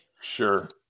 Sure